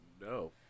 No